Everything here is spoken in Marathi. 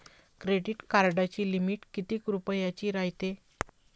क्रेडिट कार्डाची लिमिट कितीक रुपयाची रायते?